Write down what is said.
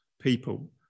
people